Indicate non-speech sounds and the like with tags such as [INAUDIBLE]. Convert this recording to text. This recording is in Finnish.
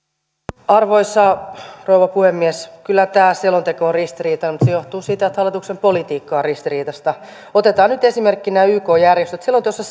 arvoisa rouva puhemies kyllä tämä selonteko on ristiriitainen mutta se johtuu siitä että hallituksen politiikka on ristiriitaista otetaan nyt esimerkkinä yk järjestöt selonteossa [UNINTELLIGIBLE]